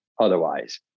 otherwise